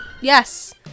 Yes